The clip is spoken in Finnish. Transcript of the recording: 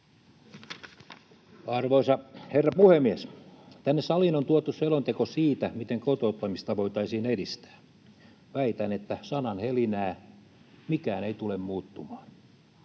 Arvoisa herra puhemies! Tänne saliin on tuotu selonteko siitä, miten kotouttamista voitaisiin edistää. Väitän, että sanahelinää: mikään ei tule muuttumaan,